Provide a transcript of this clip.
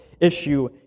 issue